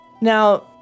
Now